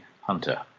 Hunter